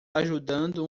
ajudando